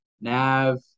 Nav